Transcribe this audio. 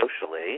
socially